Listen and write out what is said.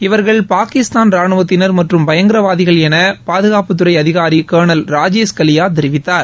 இவர்கள் பாகிஸ்தான் ரானுவத்தினர் மற்றும் பயங்கரவாதிகள் என பாதுகாப்புத்துறை அதிகாரி கர்னல் ராஜேஷ் கலியா தெரிவித்தார்